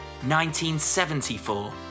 1974